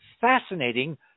fascinating